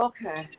Okay